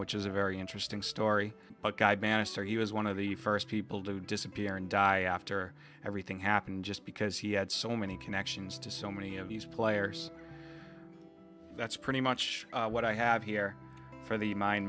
which is a very interesting story but guy bannister he was one of the first people to disappear and die after everything happened just because he had so many connections to so many of these players that's pretty much what i have here for the mind